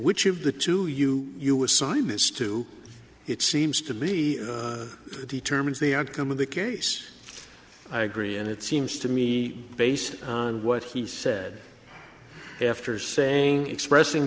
which of the two you you assigned this to it seems to be determines the outcome of the case i agree and it seems to me based on what he said after saying expressing